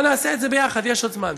בוא נעשה את זה ביחד, יש עוד זמן.